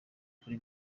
kuri